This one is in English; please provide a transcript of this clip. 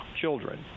children